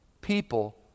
People